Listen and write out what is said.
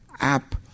app